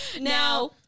Now